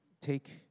take